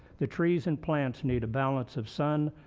the trees and plants need a balance of sun,